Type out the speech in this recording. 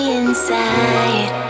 inside